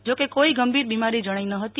જો કે કોઈ ગંભીર બિમારી જણાઈ ન હતી